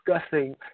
discussing